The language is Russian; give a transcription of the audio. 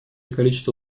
количество